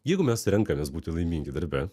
jeigu mes renkamės būti laimingi darbe